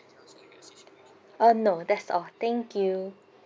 uh no that's all thank you